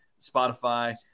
Spotify